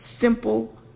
simple